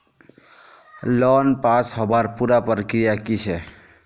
Loan pass होबार पुरा प्रक्रिया की छे?